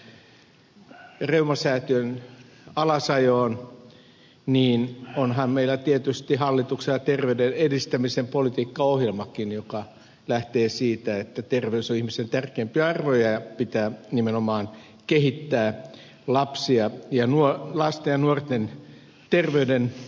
akaan penttilä viittasi jo tähän reumasäätiön alasajoon niin onhan meillä tietysti hallituksella terveyden edistämisen politiikkaohjelmakin joka lähtee siitä että terveys on ihmisen tärkeimpiä arvoja ja pitää nimenomaan kehittää lasten ja nuorten terveydenhoitoa